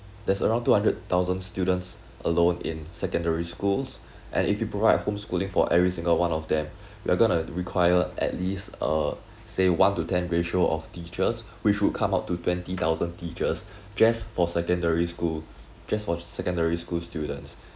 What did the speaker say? there's around two hundred thousand students alone in secondary schools and if you provide homeschooling for every single one of them we're going to require at least uh say one to ten ratio of teachers which would come out to twenty thousand teachers just for secondary school just for secondary school students